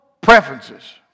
preferences